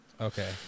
Okay